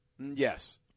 Yes